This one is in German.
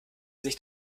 sich